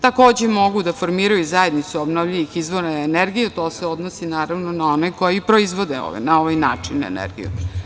Takođe, mogu da formiraju zajednicu obnovljivih izvora energije, to se odnosi, naravno, na one koji proizvode na ovaj način energiju.